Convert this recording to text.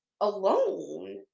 alone